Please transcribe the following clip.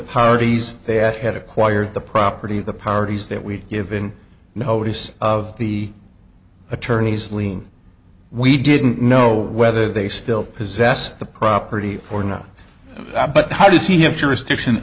parties that had acquired the property of the parties that we'd given notice of the attorney's lien we didn't know whether they still possessed the property or not but how does he have jurisdiction